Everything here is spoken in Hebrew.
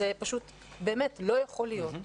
זה פשוט באמת לא יכול להיות.